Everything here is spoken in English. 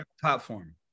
platform